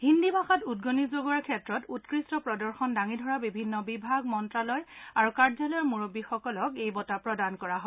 হিন্দী ভাষাত উদ্গণি জগোৱাৰ ক্ষেত্ৰত উৎকৃষ্ট প্ৰদৰ্শন দাঙি ধৰা বিভিন্ন বিভাগ মন্ত্ৰালয় আৰু কাৰ্যালয়ৰ মূৰববীসকলক এই বঁটা প্ৰদান কৰা হয়